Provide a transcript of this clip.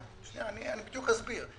אני אסביר.